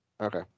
Okay